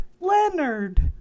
Leonard